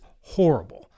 horrible